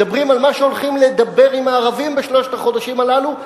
מדברים על מה שהולכים לדבר עם הערבים בשלושת החודשים הללו,